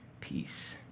Peace